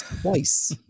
twice